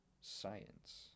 science